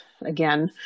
again